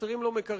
שחסרים לו מקרקעין,